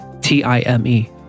T-I-M-E